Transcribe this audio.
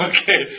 Okay